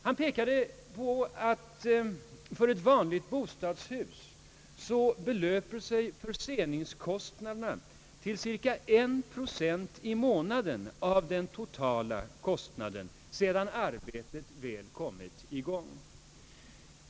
Han pekade vidare på att för ett vanligt bostadshus belöper sig förseningskostnaderna till cirka en procent i månaden av den totala kostnaden, sedan arbetet väl kommit i gång.